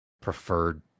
preferred